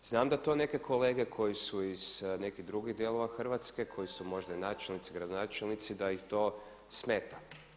Znam da to neke kolege koji su iz nekih drugih dijelova Hrvatske koji su možda načelnici, gradonačelnici da ih to smeta.